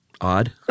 Odd